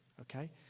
Okay